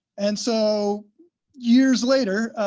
and so years later,